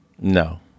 No